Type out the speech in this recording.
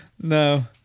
No